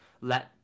let